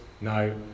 no